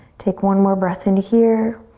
take one more breath in here.